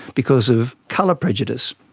because of colour prejudice.